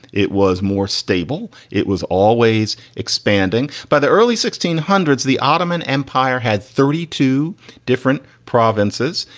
it was more stable. it was always expanding. by the early sixteen hundreds, the ottoman empire had thirty two different provinces,